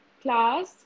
class